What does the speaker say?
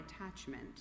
attachment